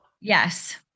yes